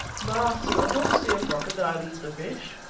baas, i didn't see a crocodile eat the fish.